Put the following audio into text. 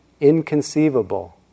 Inconceivable